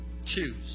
Choose